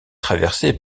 traversé